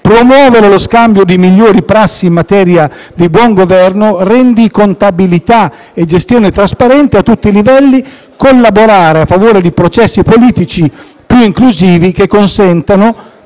promuovere lo scambio di migliori prassi in materia di buon governo, rendicontabilità e gestione trasparente a tutti i livelli; f) collaborare a favore di processi politici più inclusivi che consentano